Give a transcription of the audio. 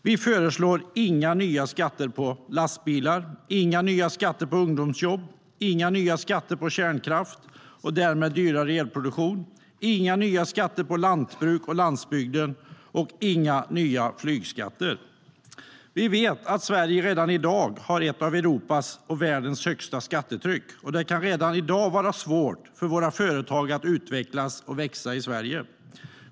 Vi föreslår inga nya skatter på lastbilar, inga nya skatter på ungdomsjobb, inga nya skatter på kärnkraft och därmed dyrare elproduktion, inga nya skatter på lantbruk och landsbygden och inga flygskatter. Vi vet att Sverige redan i dag har ett av Europas och världens högsta skattetryck och att det kan vara svårt för företag att utvecklas och växa i Sverige.